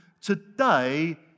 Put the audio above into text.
today